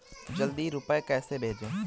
जल्दी रूपए कैसे भेजें?